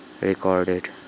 recorded